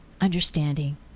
understanding